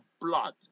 blood